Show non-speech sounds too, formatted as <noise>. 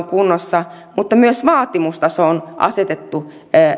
<unintelligible> kunnossa mutta myös vaatimustaso on asetettu